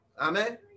Amen